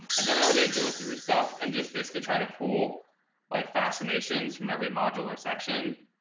and then i would like go through stuff and just basically try to pull like fascinations from every module or section.